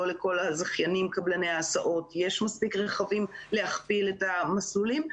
לא לכל הזכיינים קבלני ההסעות יש מספיק רכבים להכפיל את המסלולים,